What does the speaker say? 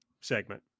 segment